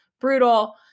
Brutal